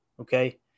okay